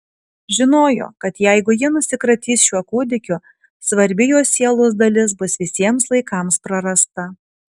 žinojo kad jeigu ji nusikratys šiuo kūdikiu svarbi jos sielos dalis bus visiems laikams prarasta